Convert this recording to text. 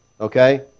okay